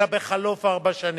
אלא בחלוף ארבע שנים.